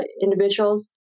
individuals